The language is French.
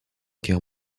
guerre